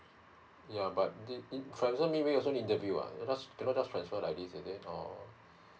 ya but this this transfer also need interview ah cannot cannot just transfer like this is it or